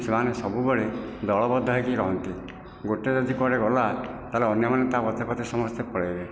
ସେମାନେ ସବୁବେଳେ ଦଳବଦ୍ଧ ହୋଇକି ରହନ୍ତି ଗୋଟିଏ ଯଦି କୁଆଡ଼େ ଗଲା ତାହେଲେ ଅନ୍ୟମାନେ ତା ପଛେ ପଛେ ସମସ୍ତେ ପଳାଇବେ